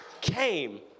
came